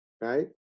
right